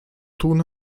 tun